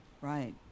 Right